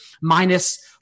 minus